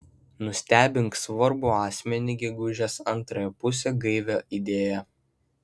nustebink svarbų asmenį gegužės antrąją pusę gaivia idėja